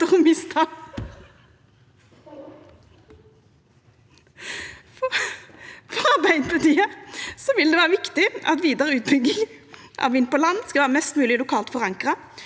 å mista. For Arbeidarpartiet vil det vera viktig at vidare utbygging av vind på land skal vera mest mogleg lokalt forankra,